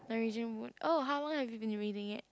the raging wood oh how long have you been reading it